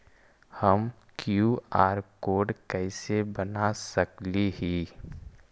हम QR code कैसे बना सकली ही?